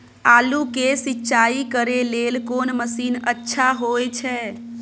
आलू के सिंचाई करे लेल कोन मसीन अच्छा होय छै?